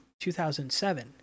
2007